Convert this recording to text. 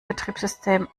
betriebssystem